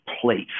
place